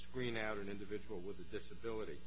screen out an individual with a disability